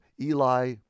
Eli